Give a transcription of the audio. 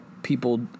people